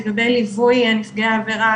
לגבי ליווי נפגעי עבירה,